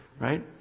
Right